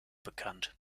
bekannt